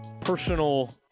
personal